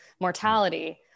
mortality